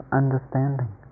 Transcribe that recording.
understanding